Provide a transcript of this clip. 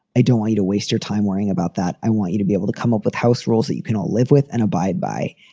i don't want to waste your time worrying about that. i want you to be able to come up with house rules that you can all live with and abide by.